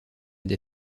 des